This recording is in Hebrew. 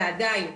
ועדיין,